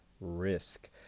risk